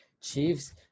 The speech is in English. Chiefs